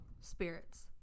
spirits